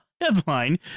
headline